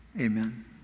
Amen